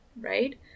right